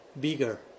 bigger